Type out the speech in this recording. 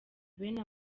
bene